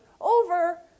over